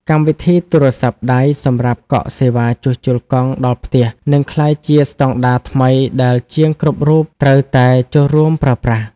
កម្មវិធីទូរស័ព្ទដៃសម្រាប់កក់សេវាជួសជុលកង់ដល់ផ្ទះ នឹងក្លាយជាស្តង់ដារថ្មីដែលជាងគ្រប់រូបត្រូវតែចូលរួមប្រើប្រាស់។